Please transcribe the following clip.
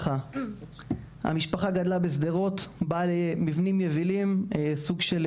המשפחה גדלה בשדרות במבנים יבילים, סוג של